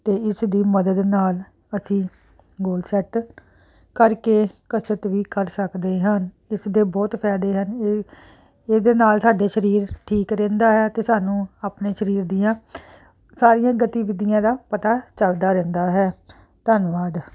ਅਤੇ ਇਸਦੀ ਮਦਦ ਨਾਲ ਅਸੀਂ ਗੋਲ ਸੈਟ ਕਰਕੇ ਕਸਰਤ ਵੀ ਕਰ ਸਕਦੇ ਹਨ ਇਸ ਦੇ ਬਹੁਤ ਫਾਇਦੇ ਹਨ ਇਹ ਇਹਦੇ ਨਾਲ ਸਾਡੇ ਸਰੀਰ ਠੀਕ ਰਹਿੰਦਾ ਹੈ ਅਤੇ ਸਾਨੂੰ ਆਪਣੇ ਸਰੀਰ ਦੀਆਂ ਸਾਰੀਆਂ ਗਤੀਵਿਧੀਆਂ ਦਾ ਪਤਾ ਚਲਦਾ ਰਹਿੰਦਾ ਹੈ ਧੰਨਵਾਦ